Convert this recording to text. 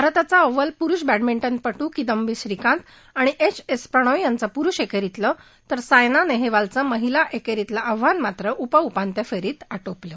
भारताचा अव्वल पुरुष बँडमिंटनपटू किदंबी श्रीकांत आणि एच एस प्रणोय यांचं पुरुष एकेरीतलं तर सायना नेहवालचं महिला एकेरीतलं आव्हान मात्र उपउपांत्यपूर्व फेरीत आटोपलं